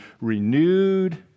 renewed